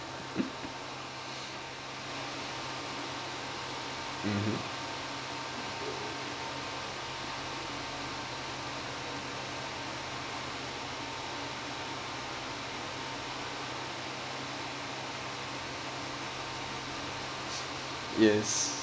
mmhmm